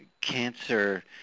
cancer